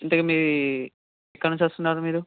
ఇంతకీ మీ ఎక్కడినించి వస్తున్నారు మీరు